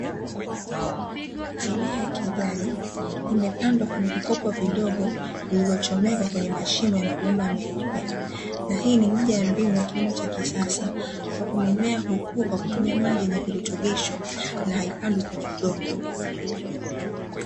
Mimea ya kijani, imepandwa kwenye vikopo vidogo vilivyochomekwa kwenye mashimo ya mabomba meupe, na hii ni moja ya mbinu ya kilimo cha kisasa, ambayo mimea hukua kwa kutumia maji yenye virutubisho na haipandwi kwenye udongo.